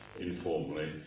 informally